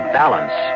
balance